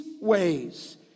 ways